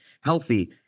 healthy